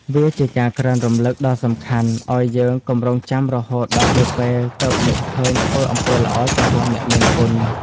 វាជាការក្រើនរំលឹកដ៏សំខាន់ឲ្យយើងកុំរង់ចាំរហូតដល់ហួសពេលទើបនឹកឃើញធ្វើអំពើល្អចំពោះអ្នកមានគុណ។